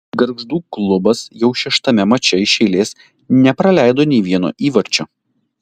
gargždų klubas jau šeštame mače iš eilės nepraleido nei vieno įvarčio